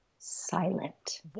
silent